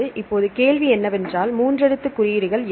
இப்போது கேள்வி என்னவென்றால் மூன்று எழுத்து குறியீடுகள் என்ன